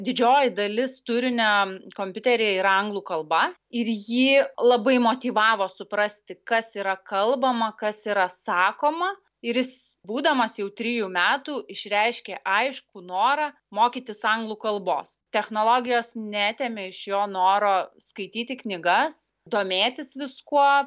didžioji dalis turinio kompiuteryje yra anglų kalba ir jį labai motyvavo suprasti kas yra kalbama kas yra sakoma ir jis būdamas jau trijų metų išreiškė aiškų norą mokytis anglų kalbos technologijos neatėmė iš jo noro skaityti knygas domėtis viskuo